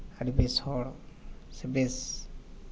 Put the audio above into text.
ᱟᱹᱰᱤ ᱵᱮᱥ ᱦᱚᱲ ᱥᱮ ᱵᱮᱥ